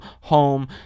home